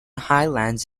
highlands